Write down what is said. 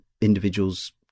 individuals